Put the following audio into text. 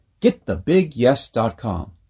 getthebigyes.com